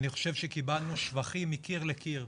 קיבלנו שבחים בקיר לקיר,